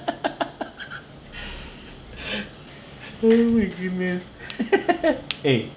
oh my goodness eh